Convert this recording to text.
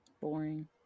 Boring